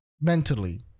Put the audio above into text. Mentally